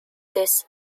this